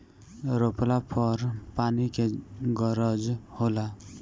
रोपला पर पानी के गरज होला